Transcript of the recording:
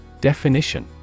Definition